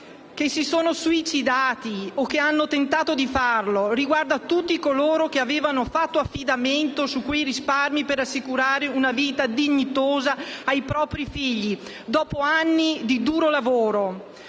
che si sono suicidati o che hanno tentato di farlo; riguarda tutti coloro che avevano fatto affidamento su quei risparmi per assicurare una vita dignitosa ai propri figli, dopo anni di duro lavoro;